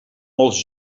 molts